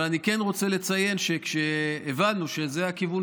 אבל אני כן רוצה לציין שכשהבנו שזה הכיוון